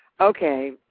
okay